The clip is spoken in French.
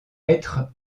être